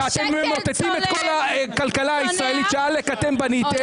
-- ואתם ממוטטים את כל הכלכלה הישראלית שעאלק אתם בניתם,